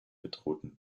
bedrohten